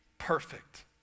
Perfect